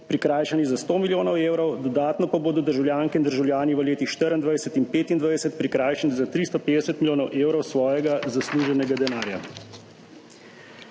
prikrajšani za 100 milijonov evrov, dodatno pa bodo državljanke in državljani v letih 2024 in 2025 prikrajšani za 350 milijonov evrov svojega zasluženega denarja.